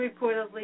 reportedly